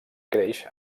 creix